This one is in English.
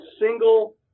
single